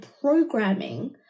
programming